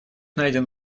найден